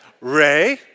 Ray